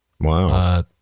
Wow